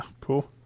Cool